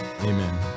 amen